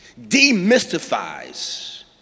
demystifies